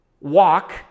walk